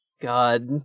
God